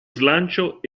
slancio